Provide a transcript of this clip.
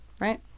right